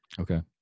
Okay